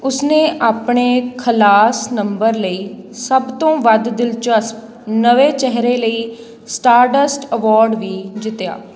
ਉਸ ਨੇ ਆਪਣੇ ਖਲਾਸ ਨੰਬਰ ਲਈ ਸਭ ਤੋਂ ਵੱਧ ਦਿਲਚਸਪ ਨਵੇਂ ਚਿਹਰੇ ਲਈ ਸਟਾਰਡਸਟ ਐਵਾਰਡ ਵੀ ਜਿੱਤਿਆ